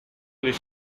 les